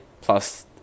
Plus